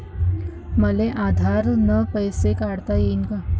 मले आधार न पैसे काढता येईन का?